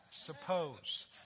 Suppose